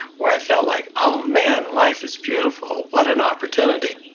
where i felt like, oh man, life is beautiful, what an opportunity.